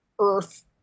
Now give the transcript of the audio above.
Earth